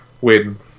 win